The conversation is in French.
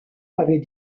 avait